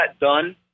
done